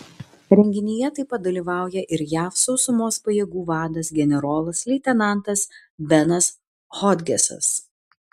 renginyje taip pat dalyvauja ir jav sausumos pajėgų vadas generolas leitenantas benas hodgesas